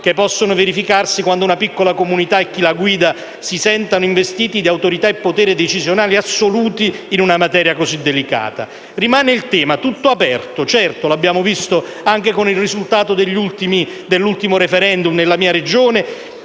che possono verificarsi quando una piccola comunità e chi la guida si sentano investiti di autorità e potere decisionale assoluti in una materia così delicata. Rimane il tema tutto aperto - l'abbiamo visto anche con il risultato dell'ultimo *referendum* nella mia Regione